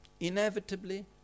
inevitably